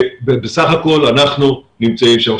בסך הכול אנחנו נמצאים שם.